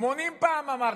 80 פעם אמרתי: